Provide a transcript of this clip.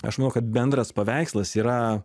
aš manau kad bendras paveikslas yra